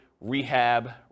rehab